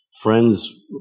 friends